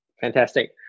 Fantastic